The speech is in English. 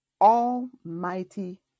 almighty